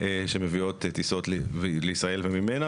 שמביאות טיסות לישראל ומוציאות טיסות ממנה